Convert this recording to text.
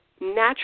natural